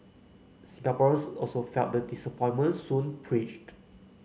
Singaporeans also felt the disappointment soon preached